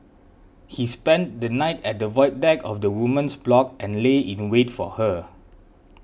he spent the night at the void deck of the woman's block and lay in wait for her